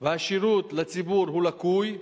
והשירות לציבור הוא לקוי,